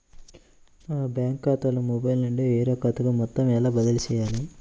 నా బ్యాంక్ ఖాతాలో మొబైల్ నుండి వేరే ఖాతాకి మొత్తం ఎలా బదిలీ చేయాలి?